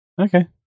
Okay